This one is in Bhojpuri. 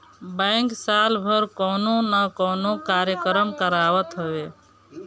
बैंक साल भर कवनो ना कवनो कार्यक्रम करावत हवे